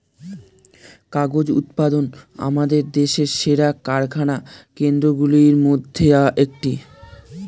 কাগজ উৎপাদন আমাদের দেশের সেরা কারখানা কেন্দ্রগুলির মধ্যে একটি